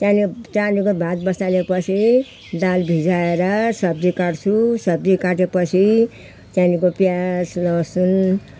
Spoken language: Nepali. त्यहाँ त्यहाँदेखिको भात बसाले पछि दाल भिजाएर सब्जी काट्छु सब्जी काटे पछि त्यहाँको प्याज लसुन